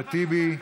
אחמד טיבי.